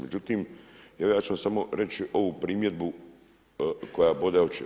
Međutim evo ja ću vam samo reći ovi primjedbu koja bode oči.